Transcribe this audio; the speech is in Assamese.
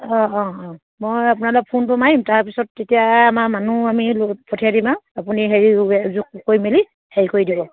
অঁ অঁ অঁ মই আপোনালৈ ফোনটো মাৰিম তাৰপিছত তেতিয়া আমাৰ মানুহ আমি ল পঠিয়াই দিম আৰু আপুনি হেৰি যো যোগ কৰি মেলি হেৰি কৰি দিব